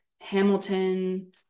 Hamilton